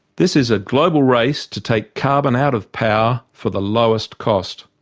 this is a global race to take carbon out of power for the lowest cost.